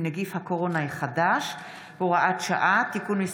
נגיף הקורונה החדש (הוראת שעה) (תיקון מס'